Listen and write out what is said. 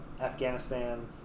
Afghanistan